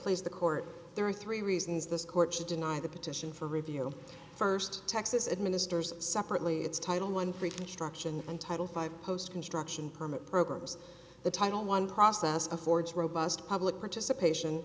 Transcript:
please the court there are three reasons this court should deny the petition for review st texas administers separately its title one pre construction and title five post construction permit programs the title one process affords robust public participation